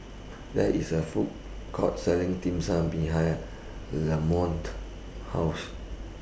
There IS A Food Court Selling Dim Sum behind Lamonte's House